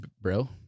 bro